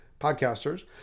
podcasters